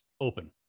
open